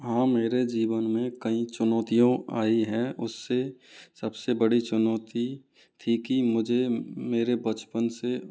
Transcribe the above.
हाँ मेरे जीवन में कई चुनौतियों आई है उससे सबसे बड़ी चुनौती थी की मुझे मेरे बचपन से